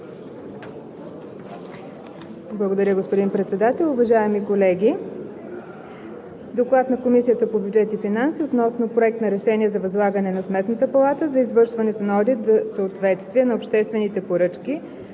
Благодаря, господин Председател. Уважаеми колеги! „ДОКЛАД на Комисията по бюджет и финанси относно Проект на решение за възлагане на Сметната палата извършването на одит за съответствие на обществените поръчки,